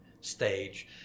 stage